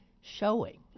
showing